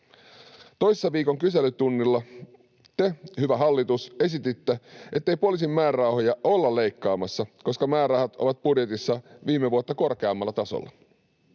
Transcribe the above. Toissa viikon kyselytunnilla te, hyvä hallitus, esititte, ettei poliisin määrärahoja olla leikkaamassa, koska määrärahat ovat budjetissa viime vuotta korkeammalla tasolla.